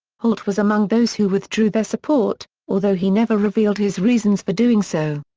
holt was among those who withdrew their support, although he never revealed his reasons for doing so.